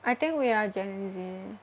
I think we are gen Z